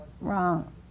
wrong